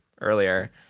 earlier